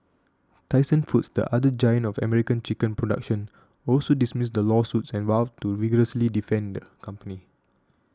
Tyson Foods the other giant of American chicken production also dismissed the lawsuits and vowed to vigorously defend the company